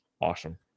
Awesome